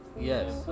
Yes